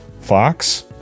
Fox